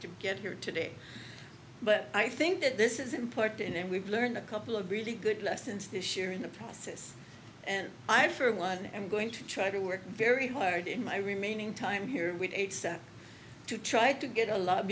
to get here today i think that this is important and we've learned a couple of really good lessons this year in the process and i for one am going to try to work very hard in my remaining time here to try to get a lot